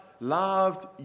loved